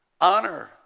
honor